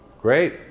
Great